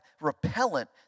repellent